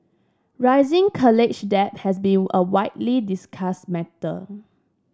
rising college debt has been a widely discussed matter